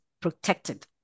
protected